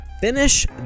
finish